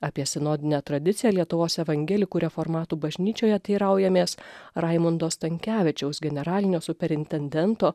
apie sinodinę tradiciją lietuvos evangelikų reformatų bažnyčioje teiraujamės raimundo stankevičiaus generalinio superintendento